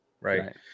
right